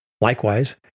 Likewise